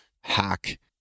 hack